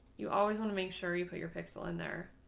you always want to make sure you put your pixel in there,